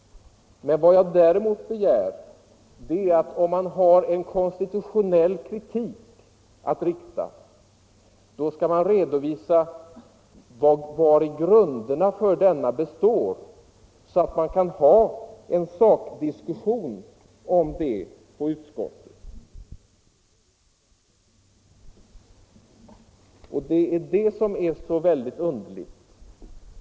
Men vad jag däremot begär är att om man har en konstitutionell kritik att rikta, skall man redovisa vari grunderna för denna består, så att vi kan ha en sakdiskussion om det i utskottet. Det är detta som är så underligt.